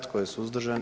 Tko je suzdržan?